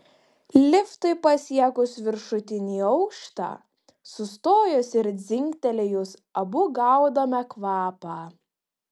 liftui pasiekus viršutinį aukštą sustojus ir dzingtelėjus abu gaudome kvapą